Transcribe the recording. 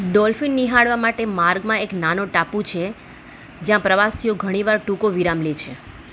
dolphin નિહાળવા માટે માર્ગમાં એક નાનો ટાપુ છે જ્યાં પ્રવાસીઓ ઘણીવાર ટૂંકો વિરામ લે છે